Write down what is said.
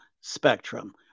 spectrum